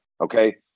Okay